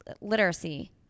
literacy